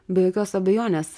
be jokios abejonės